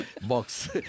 box